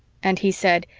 and he said,